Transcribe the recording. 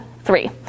three